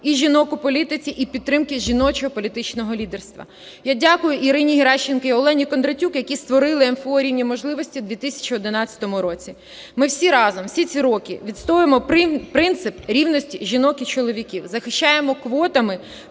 і жінок у політиці, і підтримки жіночого політичного лідерства. Я дякую Ірині Геращенко і Олені Кондратюк, які створили МФО "Рівні можливості" в 2011 році. Ми всі разом всі ці роки відстоюємо принцип рівності жінок і чоловіків, захищаємо квотами